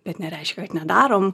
bet nereiškia kad nedarom